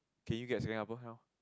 can you get Singapore